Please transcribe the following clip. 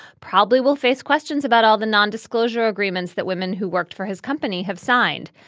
probably will face questions about all the nondisclosure agreements that women who worked for his company have signed.